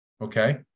Okay